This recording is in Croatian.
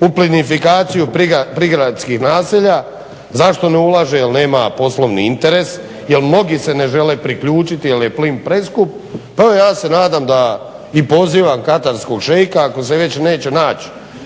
u plinifikaciju prigradskih naselja zašto ne ulaže, jer nema poslovni interes. Jer mnogi se ne žele priključiti jer je plin preskup. Evo ja se nadam i pozivam katarskog šeika ako se veće neće naći